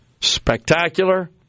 spectacular